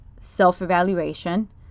self-evaluation